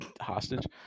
hostage